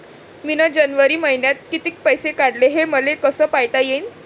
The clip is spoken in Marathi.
मिन जनवरी मईन्यात कितीक पैसे काढले, हे मले कस पायता येईन?